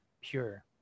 pure